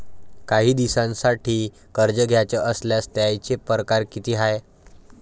कायी दिसांसाठी कर्ज घ्याचं असल्यास त्यायचे परकार किती हाय?